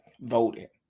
voted